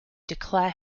declare